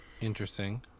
Interesting